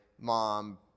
mom